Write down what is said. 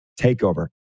takeover